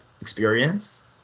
experience